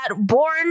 born